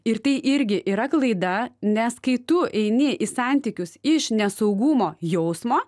ir tai irgi yra klaida nes kai tu eini į santykius iš nesaugumo jausmo